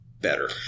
better